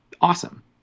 awesome